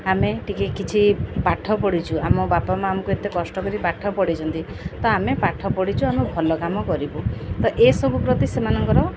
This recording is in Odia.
ଆମେ ଟିକେ କିଛି ପାଠ ପଢ଼ିଛୁ ଆମ ବାପା ମାଆ ଆମକୁ ଏତେ କଷ୍ଟ କରି ପାଠ ପଢ଼ାଇଛନ୍ତି ତ ଆମେ ପାଠ ପଢ଼ିଛୁ ଆମେ ଭଲ କାମ କରିବୁ ତ ଏସବୁ ପ୍ରତି ସେମାନଙ୍କର